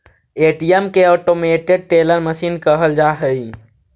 ATM के automated teller machine कहल जा हइ